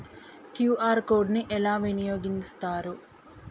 QR code ని ఎలా వినియోగిస్తారు?